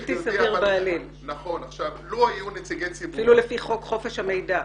זה בלתי סביר בעליל, אפילו לפי חוק חופש המידע.